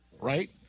right